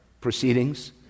proceedings